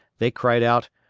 they cried out,